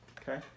Okay